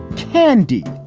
candy,